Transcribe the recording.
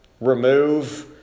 Remove